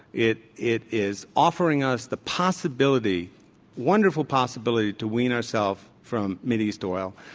it it is offering us the possibility wonderful possibility to wean ourselves from mideast oil.